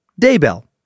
Daybell